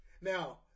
Now